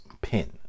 pin